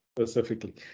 Specifically